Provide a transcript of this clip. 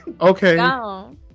okay